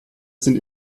sind